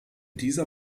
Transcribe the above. dieser